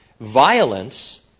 Violence